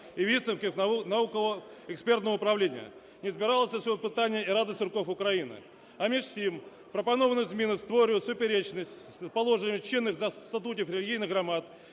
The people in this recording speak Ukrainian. і висновків науково-експертного управління, не збиралася з цього питання і Рада церков України. А між тим, пропоновані зміни створюють суперечність з положенням чинних статутів релігійних громад,